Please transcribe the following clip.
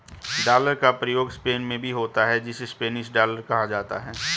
dollar का प्रयोग Spain में भी होता है जिसे स्पेनिश डॉलर कहा जाता है